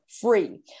free